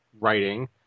writing